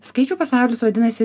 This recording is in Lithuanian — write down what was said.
skaičių pasaulis vadinasi